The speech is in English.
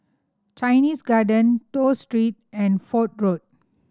Chinese Garden Toh Street and Fort Road